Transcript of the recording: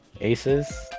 Aces